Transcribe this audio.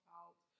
out